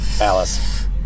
alice